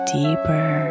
deeper